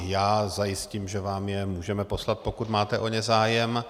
Já zajistím, že vám je můžeme poslat, pokud máte o ně zájem.